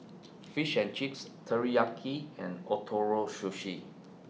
Fish and Chips Teriyaki and Ootoro Sushi